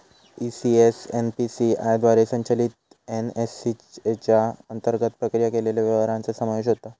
ECS NPCI द्वारे संचलित NACH च्या अंतर्गत प्रक्रिया केलेल्या व्यवहारांचो समावेश होता